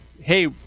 hey